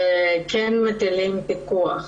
כן מטילים פיקוח